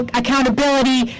accountability